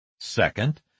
Second